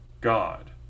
God